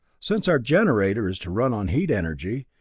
since our generator is to run on heat energy,